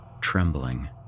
trembling